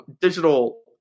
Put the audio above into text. digital